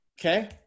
Okay